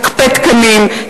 הקפא תקנים,